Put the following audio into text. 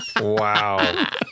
Wow